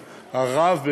הרב,